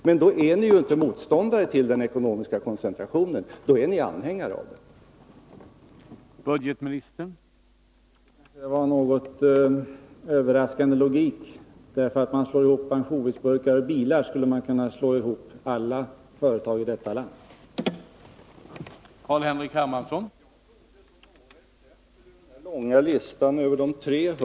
Men då är ni inte motståndare till den ekonomiska koncentrationen, då är ni anhängare av den.